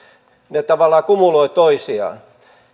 ne tavallaan kumuloivat toisiaan